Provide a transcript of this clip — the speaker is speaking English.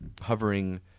hovering